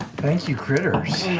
thank you, critters.